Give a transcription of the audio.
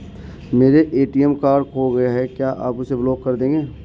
मेरा ATM card खो गया है क्या आप उसे ब्लॉक कर देंगे?